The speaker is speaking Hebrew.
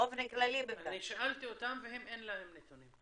באופן כללי --- אני שאלתי אותם, אין להם נתונים.